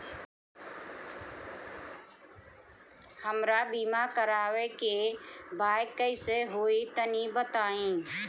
हमरा बीमा करावे के बा कइसे होई तनि बताईं?